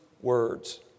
words